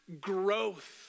growth